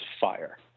fire